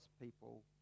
people